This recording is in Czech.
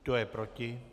Kdo je proti?